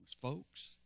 folks